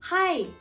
Hi